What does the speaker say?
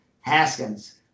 Haskins